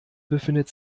befindet